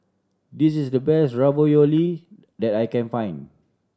this is the best Ravioli that I can find